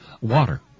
Water